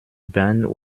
band